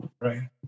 Right